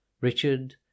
Richard